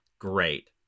Great